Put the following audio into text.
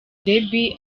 debby